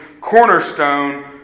cornerstone